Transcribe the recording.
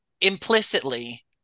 implicitly